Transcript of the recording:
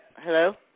Hello